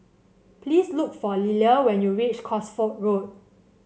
please look for Lilia when you reach Cosford Road